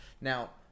Now